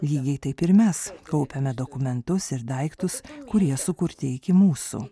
lygiai taip ir mes kaupiame dokumentus ir daiktus kurie sukurti iki mūsų